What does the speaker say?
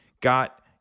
got